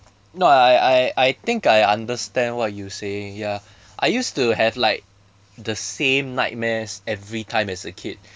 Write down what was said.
no I I I I think I understand what you saying ya I used to have like the same nightmares every time as a kid